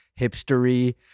hipstery